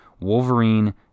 wolverine